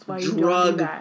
drug